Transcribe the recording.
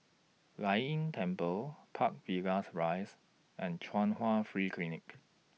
Lei Yin Temple Park Villas Rise and Chung Hwa Free Clinic